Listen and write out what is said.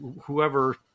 whoever